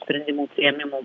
sprendimų priėmimų